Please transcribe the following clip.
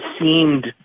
seemed